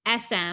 sm